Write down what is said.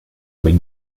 avec